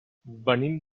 venim